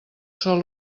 sol